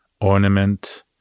ornament